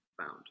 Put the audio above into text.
Found